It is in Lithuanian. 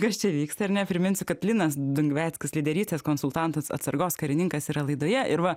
kas čia vyksta ar ne priminsi kad linas dungveckas lyderystės konsultantas atsargos karininkas yra laidoje ir va